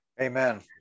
amen